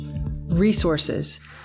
resources